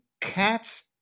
cats